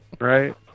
Right